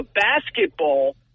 basketball